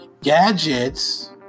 gadgets